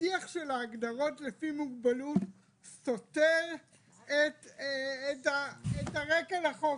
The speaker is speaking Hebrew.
--- השיח של ההגדרות לפי מוגבלות סותר את הרקע לחוק,